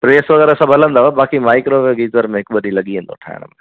press वग़ैरह सभु हलंदव बाक़ी माइक्रोवेव गीजर में हिकु ॿ ॾींहुं लॻी वेंदो ठाहिण में